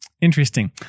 interesting